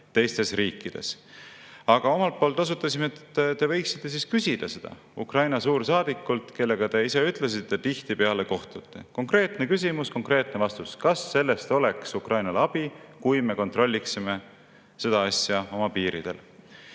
teistes riikides. Aga omalt poolt osutasime, et te võiksite küsida seda Ukraina suursaadikult, kellega te – ise ütlesite – tihtipeale kohtute. Konkreetne küsimus, konkreetne vastus: kas sellest oleks Ukrainale abi, kui me kontrolliksime seda asja oma piiridel?